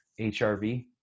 HRV